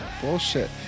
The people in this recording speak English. Bullshit